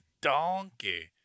Donkey